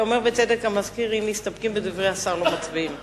אם מסתפקים בדברי השר לא מצביעים.